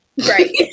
Right